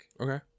Okay